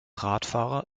radfahrer